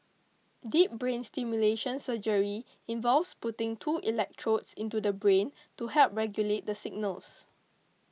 deep brain stimulation surgery involves putting two electrodes into the brain to help regulate the signals